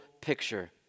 picture